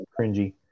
Cringy